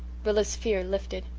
rilla's fear lifted.